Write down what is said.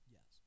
Yes